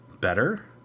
better